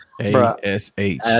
A-S-H